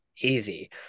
easy